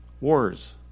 wars